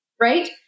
right